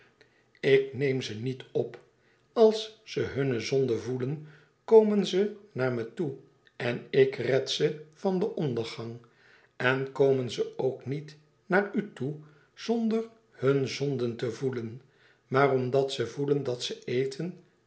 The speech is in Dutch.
ik neem ze niet op als ze hunne zonden voelen komen ze naar me toe en red ik ze van den ondergang en komen ze ook niet naar u toe zonder hun zonden te voelen maar omdat ze voelen dat ze eten